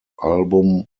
album